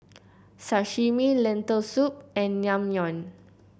Sashimi Lentil Soup and Naengmyeon